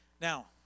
Now